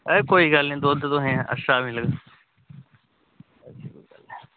एह् कोई गल्ल निं दुद्ध तुसेंगी अच्छा मिलग